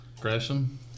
Gresham